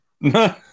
No